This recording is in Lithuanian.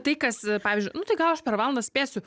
tai kas pavyzdžiui nu tai gal aš per valandą spėsiu